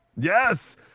Yes